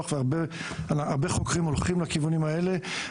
והרבה חוקרים הולכים לכיוונים האלה,